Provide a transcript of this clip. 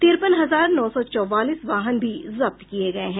तिरपन हजार नौ सौ चौवालीस वाहन भी जब्त किये गये हैं